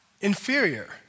inferior